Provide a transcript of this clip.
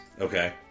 Okay